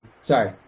sorry